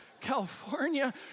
California